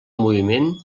moviment